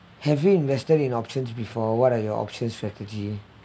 having invested in options before what are your option strategy